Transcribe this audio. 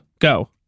Go